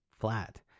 flat